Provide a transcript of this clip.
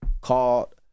Called